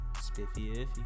Spiffy